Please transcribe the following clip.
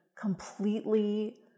completely